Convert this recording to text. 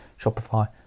Shopify